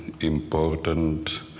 important